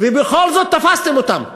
ובכל זאת תפסתם אותם.